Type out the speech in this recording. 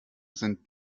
sind